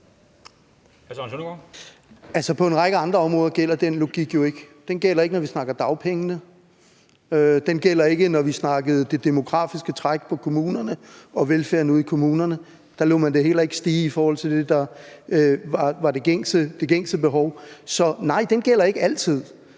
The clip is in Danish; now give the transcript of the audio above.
På en række andre områder gælder den logik jo ikke. Den gælder ikke, når vi snakker dagpenge. Den gjaldt ikke, da vi snakkede det demografiske træk på kommunerne og i forhold til velfærden ude i kommunerne. Der lod man det heller ikke stige i forhold til det, der var det gængse behov. Så nej, den gælder ikke altid.